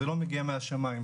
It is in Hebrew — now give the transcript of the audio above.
זה לא מגיע מהשמיים.